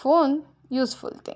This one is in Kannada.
phone useful thing